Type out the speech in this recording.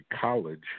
college